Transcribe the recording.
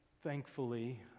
thankfully